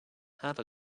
have